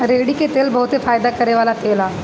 रेड़ी के तेल बहुते फयदा करेवाला तेल ह